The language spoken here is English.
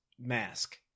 mask